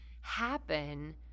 happen